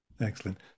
excellent